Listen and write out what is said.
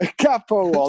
Capo